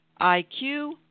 IQ